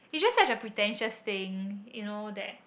you just like the pretentious staying you know that